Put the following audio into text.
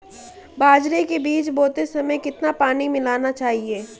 बाजरे के बीज बोते समय कितना पानी मिलाना चाहिए?